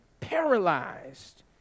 paralyzed